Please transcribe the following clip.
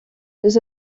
does